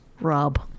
Rob